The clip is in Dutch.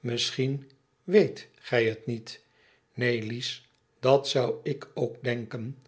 misschien weet gij het niet neen lies dat zou ik k denken